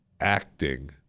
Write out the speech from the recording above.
acting